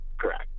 Correct